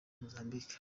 mozambique